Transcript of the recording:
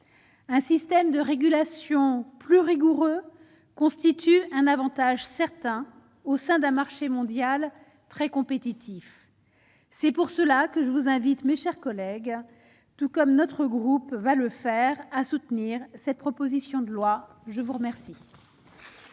un système de régulation plus rigoureux constitue un Avantage certain au sein d'un marché mondial très compétitif, c'est pour cela que je vous invite mes chers collègues, tout comme notre groupe va le faire à soutenir cette proposition de loi, je vous remercie.